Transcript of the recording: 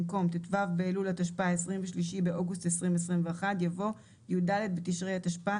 במקום "ט״ו באלול התשפ״א (23 באוגוסט 2021)״ יבוא ״י״ד בתשרי התשפ״א